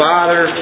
Father